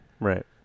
right